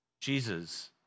Jesus